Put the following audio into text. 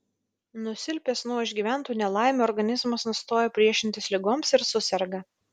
nusilpęs nuo išgyventų nelaimių organizmas nustoja priešintis ligoms ir suserga